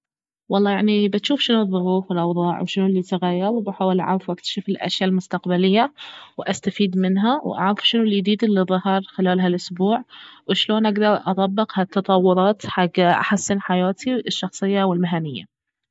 والله يعني بجوف شنو الظروف والأوضاع وشنو الي تغير وبحاول اعرف واكتشف الأشياء المستقبلية واستفيد منها واعرف شنو اليديد الي ظهر خلال هالاسبوع وشلون اقدر اطبق هالتطورات حق احسن حياتي الشخصية والمهنية